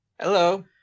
Hello